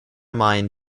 mind